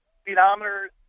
speedometer